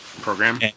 program